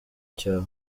cyawe